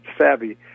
savvy